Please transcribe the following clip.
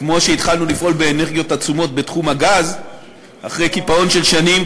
כמו שהתחלנו לפעול באנרגיות עצומות בתחום הגז אחרי קיפאון של שנים,